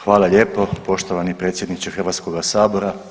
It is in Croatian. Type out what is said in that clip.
Hvala lijepo poštovani predsjedniče Hrvatskoga sabora.